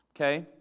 Okay